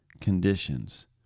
conditions